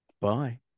bye